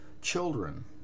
children